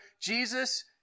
Jesus